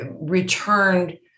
returned